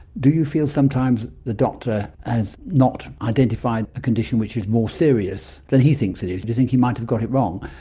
do you feel sometimes the doctor has not identified a condition which is more serious than he thinks it is, do you think he might have got it wrong?